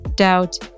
doubt